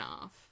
off